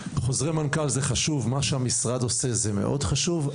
חוזרי מנכ"ל הם דבר חשוב; מה שהמשרד עושה הוא מאוד חשוב,